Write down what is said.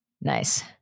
nice